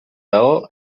dago